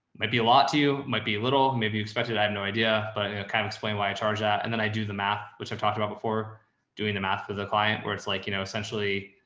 might be a lot to, you might be a little, maybe you expected, i have no idea, but kind of explain why i charged that. and then i do the math, which i've talked about before doing the math for the client where it's like, you know, essentially,